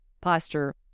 posture